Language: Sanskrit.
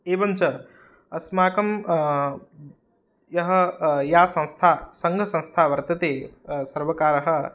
एवञ्च अस्माकं यः या संस्था सङ्घसंस्था वर्तते सर्वकारः